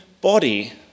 body